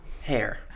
Hair